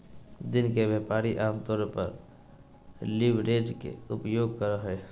दिन के व्यापारी आमतौर पर लीवरेज के उपयोग करो हइ